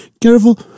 careful